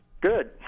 Good